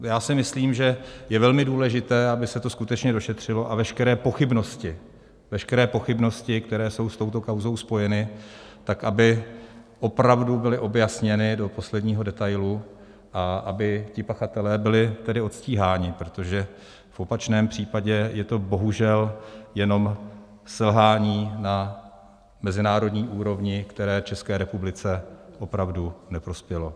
Já si myslím, že je velmi důležité, aby se to skutečně došetřilo, a veškeré pochybnosti, které jsou s touto kauzou spojeny, aby opravdu byly objasněny do posledního detailu a aby ti pachatelé byli tedy odstíháni, protože v opačném případě je to bohužel jenom selhání na mezinárodní úrovni, které České republice opravdu neprospělo.